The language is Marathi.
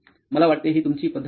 मला वाटते हि तुमची पद्धत आहे